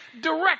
direct